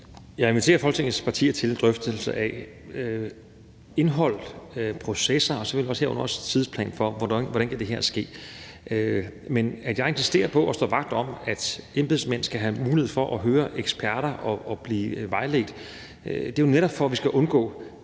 Jeg inviterer Folketingets partier til drøftelse af indholdet, processer og selvfølgelig herunder også en tidsplan for, hvordan det her kan ske. Men at jeg insisterer på at stå vagt om, at embedsmænd skal have mulighed for at høre eksperter og blive vejledt, er jo netop, for at vi skal undgå